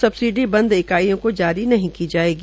subsidy बंद इकाईयों को जारी नहीं की जायेगी